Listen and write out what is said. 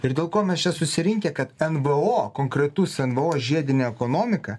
ir dėl ko mes čia susirinkę kad en v o konkretus en v o žiedinė ekonomika